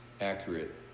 accurate